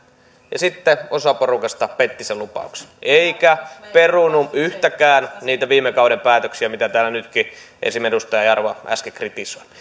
ja sitten osa porukasta petti sen lupauksen eikä perunut yhtäkään niistä viime kauden päätöksistä mitä täällä nytkin esimerkiksi edustaja jarva äsken kritisoi